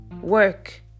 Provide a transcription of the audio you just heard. work